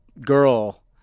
girl